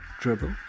Dribble